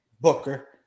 Booker